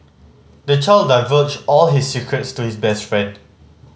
the child divulged all his secrets to his best friend